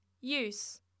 Use